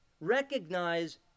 recognize